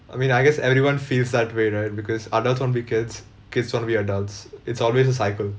I mean I guess everyone feels that way right because adults want to be kids kids want to be adults it's always a cycle